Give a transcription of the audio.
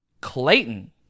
Clayton